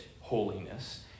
holiness